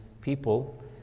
people